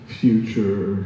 future